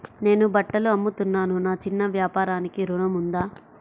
నేను బట్టలు అమ్ముతున్నాను, నా చిన్న వ్యాపారానికి ఋణం ఉందా?